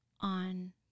on